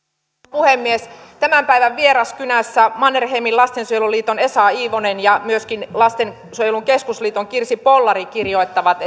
puhemies eilispäivän vieraskynässä mannerheimin lastensuojeluliiton esa iivonen ja myöskin lastensuojelun keskusliiton kirsi pollari kirjoittavat